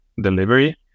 delivery